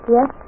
Yes